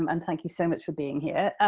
um and thank you so much for being here.